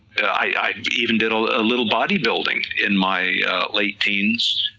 i even did a ah little bodybuilding in my late teens,